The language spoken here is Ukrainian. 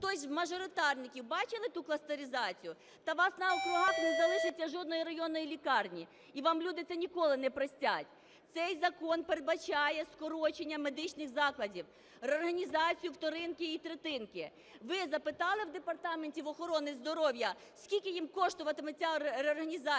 Хтось з мажоритарників бачили ту кластеризацію? Та у вас на округах не залишиться жодної районної лікарні і вам люди це ніколи не простять. Цей закон передбачає скорочення медичних закладів, реорганізацію вторинки і третинки. Ви запитали в Департаменті охорони здоров'я, скільки їм коштуватиме ця реорганізація?